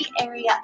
area